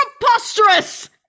Preposterous